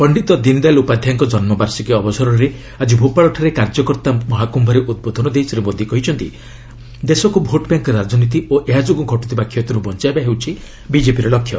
ପଣ୍ଡିତ ଦିନଦୟାଲ ଉପାଧ୍ୟାୟଙ୍କ ଜନ୍ମ ବାର୍ଷିକୀ ଅ ଅବସରରେ ଆକି ଭୋପାଳଠାରେ କାର୍ଯ୍ୟକର୍ତ୍ତା ମହାକୁ୍ୟରେ ଉଦ୍ବୋଧନ ଦେଇ ଶ୍ରୀ ମୋଦି କହିଛନ୍ତି ଦେଶକୁ ଭୋଟ ବ୍ୟାଙ୍କ ରାଜନୀତି ଓ ଏହା ଯୋଗୁଁ ଘଟୁଥିବା କ୍ଷତିରୁ ବଞ୍ଚାଇବା ହେଉଛି ବିଜେପିର ଲକ୍ଷ୍ୟ